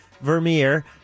Vermeer